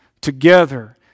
together